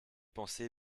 pensé